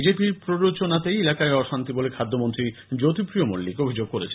BJP র প্ররোচনাতেই এলাকায় অশান্তি বলে খাদ্যমন্ত্রী জ্যোতিপ্রিয় মল্লিক অভিযোগ করেছেন